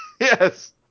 Yes